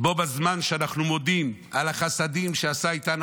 בו בזמן שאנחנו מודים על החסדים שעשה איתנו